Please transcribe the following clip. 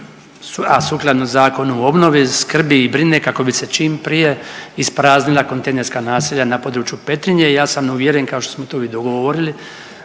a sukladno Zakonu o obnovi skrbi i brine kako bi se čim prije ispraznila kontejnerska naselja na području Petrinje. I ja sam uvjeren kao što smo to i dogovorili